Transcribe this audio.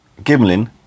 Gimlin